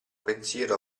pensiero